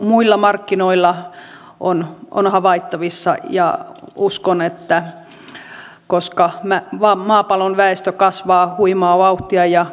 muilla markkinoilla on on havaittavissa ja uskon että koska maapallon väestö kasvaa huimaa vauhtia ja